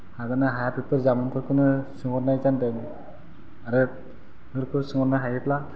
हागोन ना हाया बेफोर जामुंफोरखौनो सोंहरनाय जादों आरो बेखौ सोंहरनो हायोब्ला